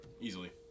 easily